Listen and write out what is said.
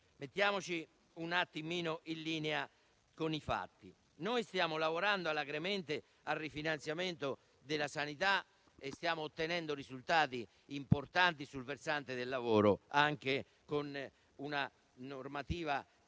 Mettiamoci allora in linea con i fatti: stiamo lavorando alacremente al rifinanziamento della sanità e stiamo ottenendo risultati importanti sul versante del lavoro, anche con una importante